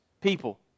people